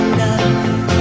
love